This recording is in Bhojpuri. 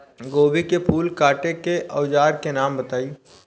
गोभी के फूल काटे के औज़ार के नाम बताई?